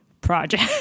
project